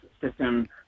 system